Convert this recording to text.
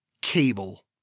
Cable